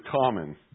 common